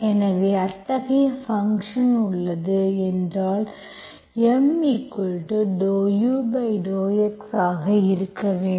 எனவே அத்தகைய ஃபங்க்ஷன் உள்ளது என்றால் M∂u∂x ஆக இருக்க வேண்டும்